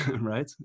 Right